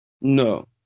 No